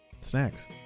snacks